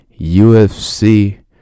UFC